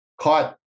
caught